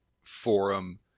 forum